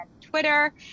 Twitter